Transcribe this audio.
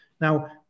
Now